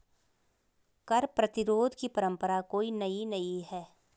कर प्रतिरोध की परंपरा कोई नई नहीं है